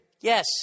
Yes